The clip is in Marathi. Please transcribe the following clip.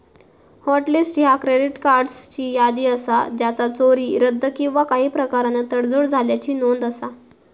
हॉट लिस्ट ह्या क्रेडिट कार्ड्सची यादी असा ज्याचा चोरी, रद्द किंवा काही प्रकारान तडजोड झाल्याची नोंद असा